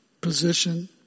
position